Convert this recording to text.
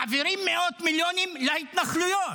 מעבירים מאות מיליונים להתנחלויות.